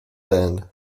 end